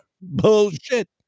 Bullshit